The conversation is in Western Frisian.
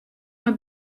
mei